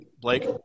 Blake